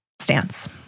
stance